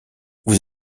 vous